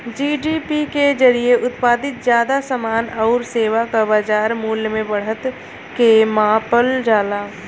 GDP के जरिये उत्पादित जादा समान आउर सेवा क बाजार मूल्य में बढ़त के मापल जाला